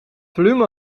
volume